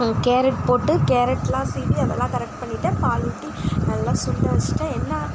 carrot போட்டு கேரட்லாம் சீவி அதெல்லாம் கரெக்ட் பண்ணிட்டேன் பால் ஊற்றி நல்லா சுண்ட வச்சிட்டேன் என்ன